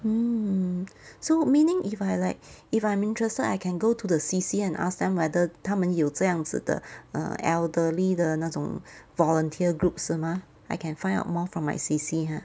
mm so meaning if I like if I'm interested I can go to the C_C and ask them whether 他们有这样子的 err elderly 的那种 volunteer group 是吗 I can find out more from my C_C !huh!